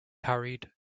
hurried